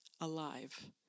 alive